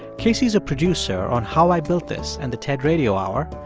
casey's a producer on how i built this and the ted radio hour.